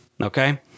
okay